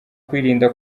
kwirinda